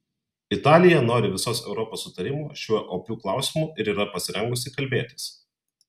italija nori visos europos sutarimo šiuo opiu klausimu ir yra pasirengusi kalbėtis